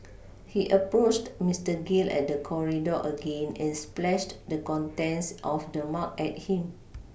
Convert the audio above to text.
he approached Mister Gill at the corridor again and splashed the contents of the mug at him